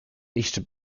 nicht